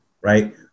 right